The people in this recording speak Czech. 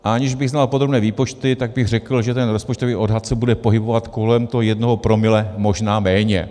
A aniž bych znal podrobné výpočty, tak bych řekl, že ten rozpočtový odhad se bude pohybovat kolem toho jednoho promile, možná méně.